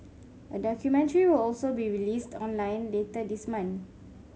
a documentary will also be released online later this month